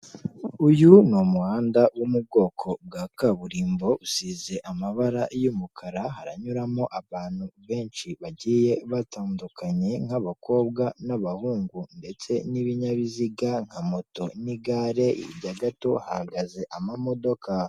Uyu umuhanda wo mu bwoko bwa kaburimbo usize amabara y'umukara, haranyuramo abantu benshi bagiye batandukanye nk'abakobwa n'abahungu ndetse n'ibinyabiziga nka moto n'igare, hirya gato hahagaze amamodoka.